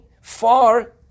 far